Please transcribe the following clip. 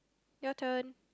your turn